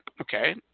Okay